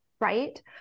Right